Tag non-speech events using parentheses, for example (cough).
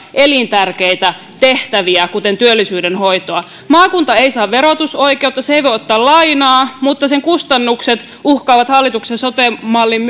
elintärkeitä tehtäviä kuten työllisyydenhoitoa maakunta ei saa verotusoikeutta se ei voi ottaa lainaa mutta sen kustannukset uhkaavat hallituksen sote mallin (unintelligible)